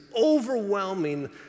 overwhelming